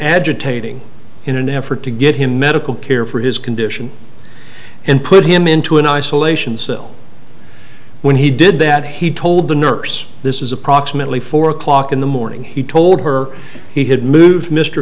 agitating in an effort to get him medical care for his condition and put him into an isolation cell when he did that he told the nurse this is approximately four o'clock in the morning he told her he had moved mr